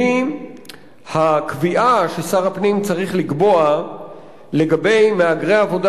והיא הקביעה ששר הפנים צריך לקבוע לגבי מהגרי עבודה